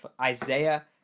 Isaiah